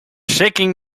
shaking